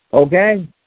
okay